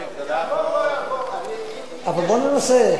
בוא ננסה.